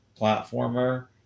platformer